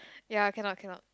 ya cannot cannot